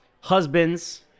husbands